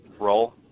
roll